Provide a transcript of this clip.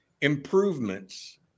improvements